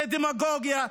זאת דמגוגיה.